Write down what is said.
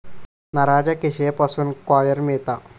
नारळाच्या किशीयेपासून कॉयर मिळता